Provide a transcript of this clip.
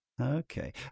Okay